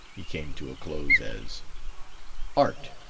he came to a close as art.